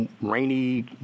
rainy